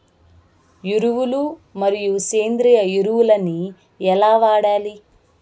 ఎరువులు మరియు సేంద్రియ ఎరువులని ఎలా వాడాలి?